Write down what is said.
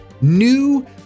New